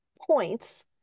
points